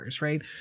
right